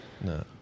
No